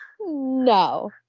No